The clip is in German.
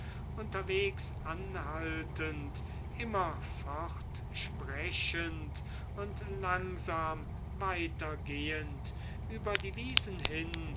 unterwegs anhaltend immer fortsprechend und langsam weitergehend über die wiesen hin